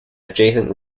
adjacent